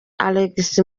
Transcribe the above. alex